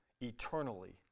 eternally